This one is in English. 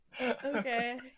Okay